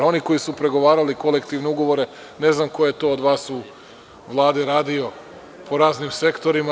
Oni koji su pregovarali kolektivne ugovore ne znam ko je to od vas u Vladi radio u raznim sektorima.